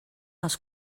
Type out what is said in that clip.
els